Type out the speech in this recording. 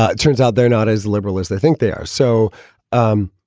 ah it turns out they're not as liberal as they think they are. so um